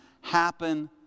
happen